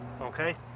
okay